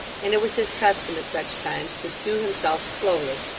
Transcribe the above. and it was his custom at such times to stew himself slowly,